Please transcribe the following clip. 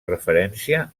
referència